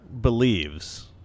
believes